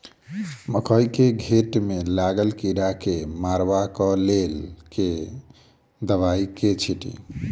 मकई केँ घेँट मे लागल कीड़ा केँ मारबाक लेल केँ दवाई केँ छीटि?